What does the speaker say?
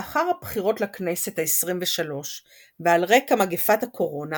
לאחר הבחירות לכנסת העשרים ושלוש ועל רקע מגפת הקורונה